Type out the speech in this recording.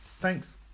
Thanks